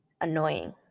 Annoying